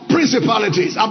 Principalities